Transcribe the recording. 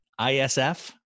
isf